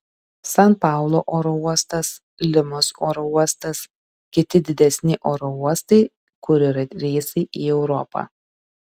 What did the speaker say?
san paulo oro uostas limos oro uostas kiti didesni oro uostai kur yra reisai į europą